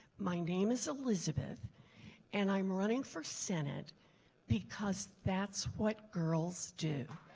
my name is elizabeth and i um running for senate because that's what girls do.